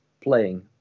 playing